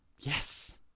Yes